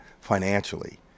financially